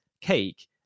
Cake